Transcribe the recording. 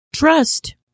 Trust